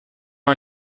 are